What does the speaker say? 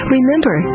Remember